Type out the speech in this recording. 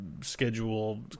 schedule